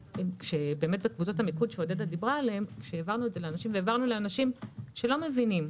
בקבוצות המיקוד שעודדה דיברה עליהם - העברנו לאנשים שלא מבינים.